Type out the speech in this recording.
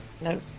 No